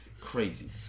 crazy